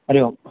हरिः ओम्